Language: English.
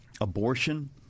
abortion